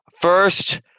First